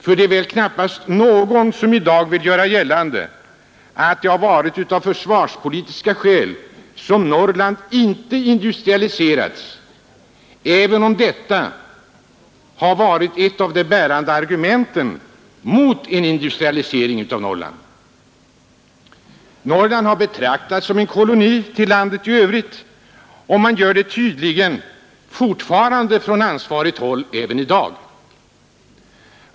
För det är väl knappast någon som i dag vill göra gällande att det varit av försvarspolitiska skäl som Norrland inte industrialiserats, även om detta har varit ett av de bärande argumenten mot en industrialisering av Norrland. Norrland har betraktats som en koloni till landet i övrigt och från ansvarigt håll betraktar man det tydligen så även i dag.